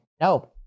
No